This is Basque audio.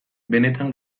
benetan